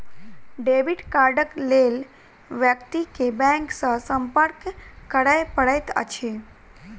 debit कार्डक लेल व्यक्ति के बैंक सॅ संपर्क करय पड़ैत अछि